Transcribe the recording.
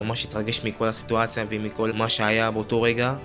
ממש התרגש מכל הסיטואציה ומכל מה שהיה באותו רגע